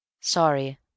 Sorry